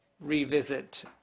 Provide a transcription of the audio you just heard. revisit